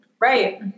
Right